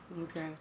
Okay